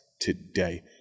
today